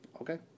Okay